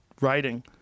writing